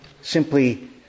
simply